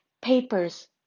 papers